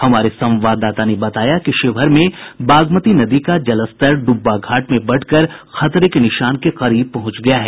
हमारे संवाददाता ने बताया कि शिवहर में बागमती नदी का जलस्तर डुब्बा घाट में बढ़कर खतरे के निशान के करीब पहुंच गया है